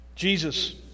Jesus